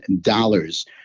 dollars